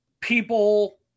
people